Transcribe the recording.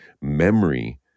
memory